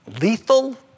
lethal